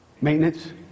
Maintenance